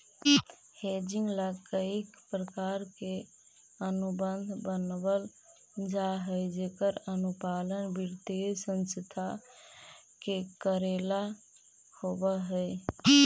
hedging ला कईक प्रकार के अनुबंध बनवल जा हई जेकर अनुपालन वित्तीय संस्था के कऽरेला होवऽ हई